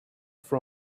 for